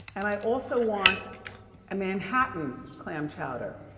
and i also want a manhattan clam chowder.